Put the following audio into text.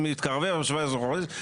"מתקרב ל-18 חודשים,